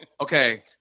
Okay